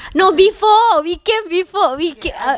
no before we came before we ca~ ah err